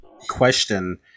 question